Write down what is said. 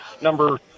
number